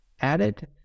added